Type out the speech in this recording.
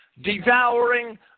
devouring